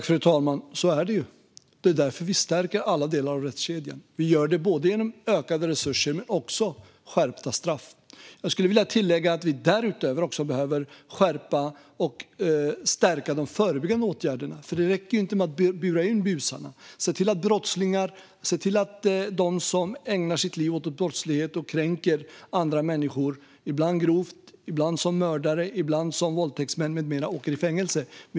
Fru talman! Så är det. Det är därför vi stärker alla delar av rättskedjan. Vi gör det genom ökade resurser, men också genom skärpta straff. Jag skulle vilja tillägga att vi därutöver behöver skärpa och stärka de förebyggande åtgärderna. Det räcker inte att bura in busarna och se till att de som ägnar sitt liv åt brottslighet och kränker andra människor - ibland grovt, ibland som mördare, ibland som våldtäktsmän med mera - åker i fängelse.